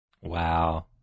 Wow